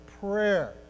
prayer